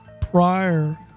prior